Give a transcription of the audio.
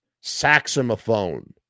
saxophone